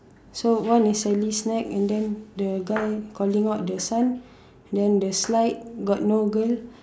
so one is sally's snack and then the guy calling out the son then the slide got no girl